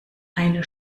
eine